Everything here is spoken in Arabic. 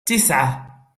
تسعة